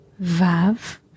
Vav